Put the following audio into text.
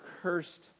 cursed